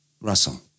Russell